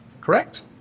correct